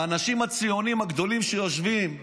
האנשים הציוניים הגדולים שיושבים כאן,